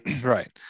Right